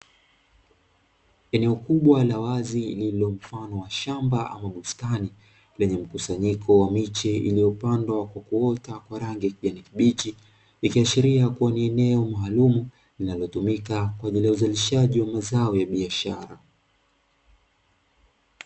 Eneo kubwa la wazi lililo mfano wa shamba ama bustani lenye mkusanyiko wa michezo iliyopandwa na kuota kwa rangi ya kijani kibichi, ikiashiria kuwa ni eneo maalumu linalotumika kwa ajili ya uzalishaji wa mazao ya biashara.